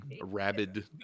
rabid